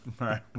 right